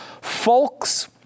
Folks